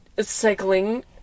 cycling